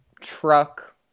truck